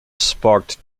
sparked